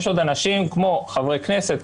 יש עוד אנשים כמו חברי כנסת,